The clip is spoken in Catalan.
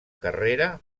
carrera